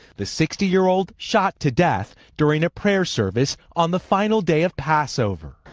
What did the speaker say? the sixty year old shot to death during a prayer service on the final day of passover.